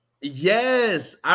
Yes